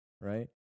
right